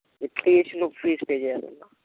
at least నువ్వు fees pay చేయాలి నాన్న